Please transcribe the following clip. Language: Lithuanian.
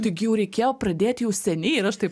taigi jau reikėjo pradėt jau seniai ir aš taip